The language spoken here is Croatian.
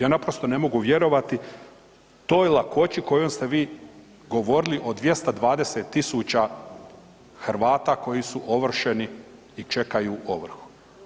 Ja naprosto ne mogu vjerovati toj lakoći kojom ste vi govorili o 220.000 Hrvata koji su ovršeni i čekaju ovrhu.